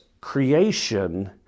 creation